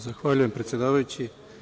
Zahvaljujem, predsedavajući.